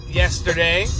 yesterday